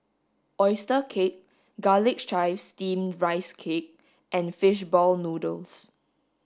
oyster cake garlic chives steamed rice cake and fish ball noodles